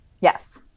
yes